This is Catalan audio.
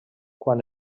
quan